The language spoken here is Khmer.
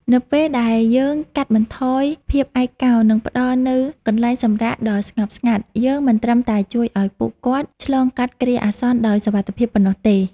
នៅពេលដែលយើងកាត់បន្ថយភាពឯកោ និងផ្ដល់នូវកន្លែងសម្រាកដ៏ស្ងប់ស្ងាត់ យើងមិនត្រឹមតែជួយឱ្យពួកគាត់ឆ្លងកាត់គ្រាអាសន្នដោយសុវត្ថិភាពប៉ុណ្ណោះទេ។